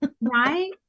right